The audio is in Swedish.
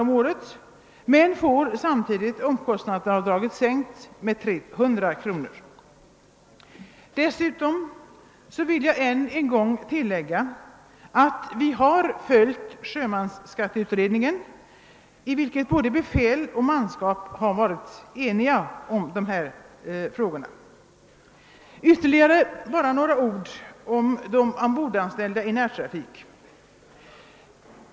om året men får omkostnadsavdraget sänkt med 300 kr. Dessutom vill jag ännu en gång tillägga att vi har följt sjömansskatteutredningen, där både befäl och manskap varit ense i dessa frågor. Så bara några ord om de ombordanställda i närtrafik.